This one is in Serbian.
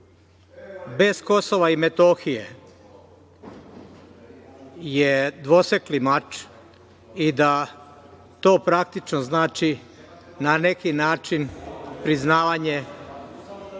bez Kosova i Metohije je dvosekli mač i da to praktično znači na neki način priznavanje